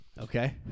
Okay